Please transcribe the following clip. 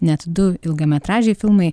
net du ilgametražiai filmai